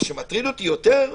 מה שמטריד אותי יותר,